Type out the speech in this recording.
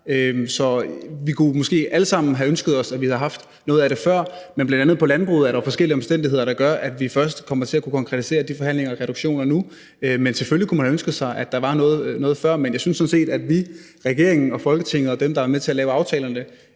Vi kunne måske alle sammen have ønsket os, at vi havde haft nogle af dem før, men på bl.a. landbrugsområdet er der jo forskellige omstændigheder, der gør, at vi først nu har kunnet konkretisere de forhandlinger om reduktioner. Man kunne selvfølgelig have ønsket sig, at det havde været noget før, men jeg synes sådan set, at vi, regeringen og Folketinget og dem, der er med til at lave aftalerne,